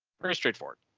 pretty straightforward.